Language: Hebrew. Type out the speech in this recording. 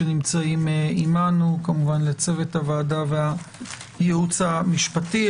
כמובן לצוות הוועדה והייעוץ המשפטי.